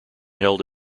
held